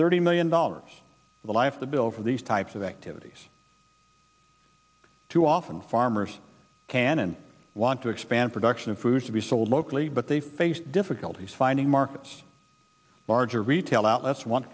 thirty million dollars the life of the bill for these types of activities too often farmers can and want to expand production of food to be sold locally but they face difficulties finding markets larger retail outlets